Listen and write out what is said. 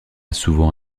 souvent